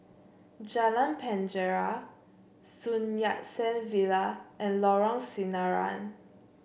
Jalan Penjara Sun Yat Sen Villa and Lorong Sinaran